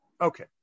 Okay